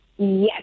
Yes